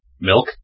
Milk